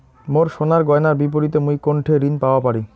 মোর সোনার গয়নার বিপরীতে মুই কোনঠে ঋণ পাওয়া পারি?